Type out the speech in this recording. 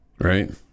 Right